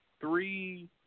three –